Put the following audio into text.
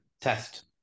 test